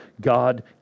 God